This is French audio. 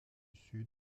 sud